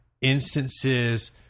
instances